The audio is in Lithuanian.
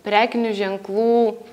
prekinių ženklų